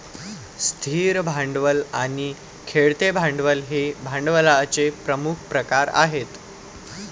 स्थिर भांडवल आणि खेळते भांडवल हे भांडवलाचे प्रमुख प्रकार आहेत